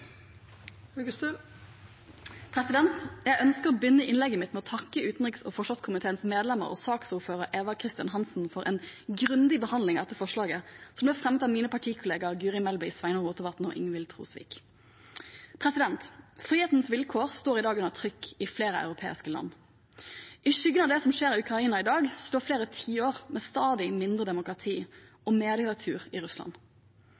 forsvarskomiteens medlemmer og saksordfører Eva Kristin Hansen for en grundig behandling av dette forslaget, som ble fremmet av mine partikollegaer Guri Melby, Sveinung Rotevatn og Ingvild Wetrhus Thorsvik. Frihetens vilkår står i dag under trykk i flere europeiske land. I skyggen av det som skjer i Ukraina i dag, står flere tiår med stadig mindre demokrati og mer diktatur i Russland.